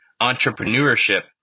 entrepreneurship